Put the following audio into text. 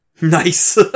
Nice